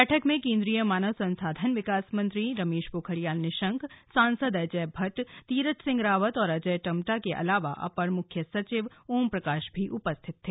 बैठक में केंद्रीय मानव संसाधन मंत्री रमेश पोखरियाल निशंक सांसद अजट भट्ट तीरथ सिहं रावत और अजय टम्टा के अलावा अपर मुख्य सचिव ओमप्रकाश भी उपस्थित थे